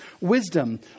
wisdom